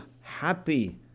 happy